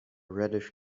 reddish